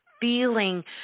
feeling